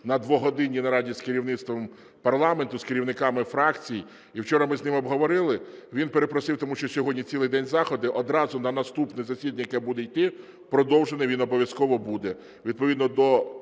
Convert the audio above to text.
на двогодинній нараді з керівництвом парламенту, з керівниками фракцій. І вчора ми з ним обговорили, він перепросив, тому що сьогодні цілий день заходи, одразу на наступне засідання, яке буде йти, продовжене, він обов'язково буде